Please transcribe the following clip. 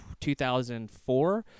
2004